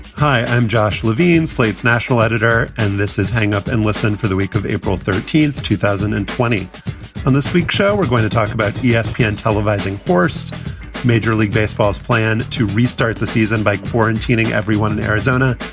hi, i'm josh levine, slate's national editor. and this is hang up and listen for the week of april thirteenth, two thousand and twenty on this week's show, we're going to talk about yeah espn yeah and televising horse major league baseball's plan to restart the season by quarantining everyone in arizona.